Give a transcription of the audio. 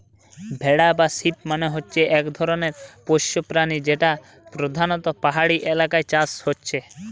ভেড়া বা শিপ মানে হচ্ছে এক ধরণের পোষ্য প্রাণী যেটা পোধানত পাহাড়ি এলাকায় চাষ হচ্ছে